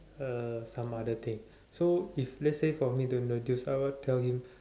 uh some other thing so if let's say for me to introduce I will tell him